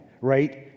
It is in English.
right